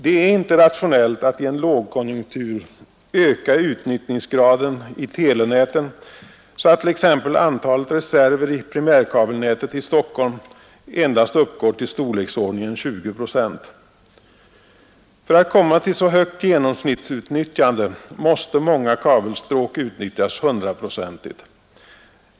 Det är inte rationellt att i en lågkonjunktur öka utnyttjningsgraden i telenäten så att t.ex. antalet reserver i primärkabelnätet i Stockholm endast uppgår till storleksordningen 20 procent. För att komma till så högt genomsnittsutnyttjande måste många kabelstråk utnyttjas hundraprocentigt.